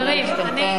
לברוח?